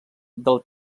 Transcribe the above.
del